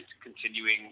continuing